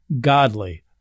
godly